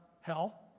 hell